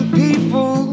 people